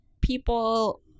people